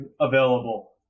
available